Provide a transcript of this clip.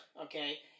Okay